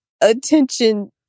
attention